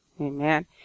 Amen